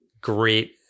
great